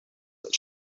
that